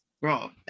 Bro